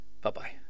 Bye-bye